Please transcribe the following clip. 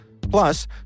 Plus